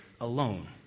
alone